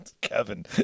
Kevin